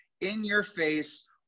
in-your-face